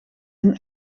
een